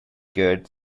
good